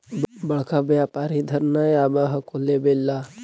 बड़का व्यापारि इधर नय आब हको लेबे ला?